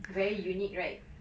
very unique right